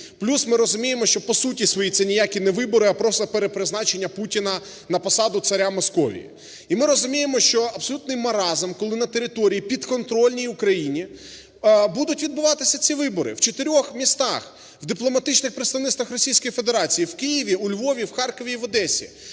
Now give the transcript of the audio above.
Плюс ми розуміємо, що по суті своїй це ніякі не вибори, а просто перепризначення Путіна на посаду "царя Московії". І ми розуміємо, що абсолютний маразм, коли на території підконтрольній Україні будуть відбуватися ці вибори. В чотирьох містах в дипломатичних представництвах Російської Федерації: в Києві, у Львові, в Харкові і в Одесі.